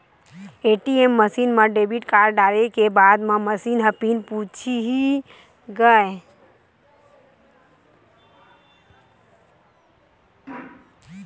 ATM machine म debit card डारे के बाद म मसीन ह पिन पूछही त चार अंक के पिन डारना होथे